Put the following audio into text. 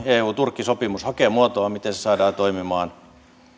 eu turkki sopimus hakee muotoaan miten se saadaan toimimaan